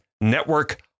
network